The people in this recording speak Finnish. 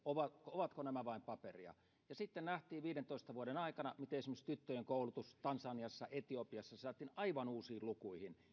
ovatko nämä vain paperia ja sitten nähtiin viidentoista vuoden aikana miten esimerkiksi tyttöjen koulutus tansaniassa etiopiassa saatiin aivan uusiin lukuihin